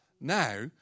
now